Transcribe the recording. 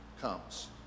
comes